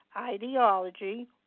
ideology